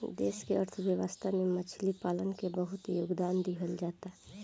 देश के अर्थव्यवस्था में मछली पालन के बहुत योगदान दीहल जाता